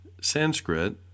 Sanskrit